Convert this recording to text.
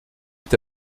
est